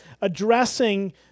addressing